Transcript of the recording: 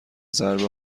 ضربه